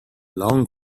long